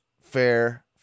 Fair